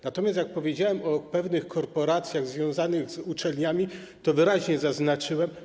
Natomiast jak powiedziałem o pewnych korporacjach związanych z uczelniami, to wyraźnie zaznaczyłem.